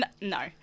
No